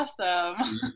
awesome